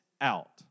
out